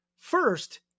First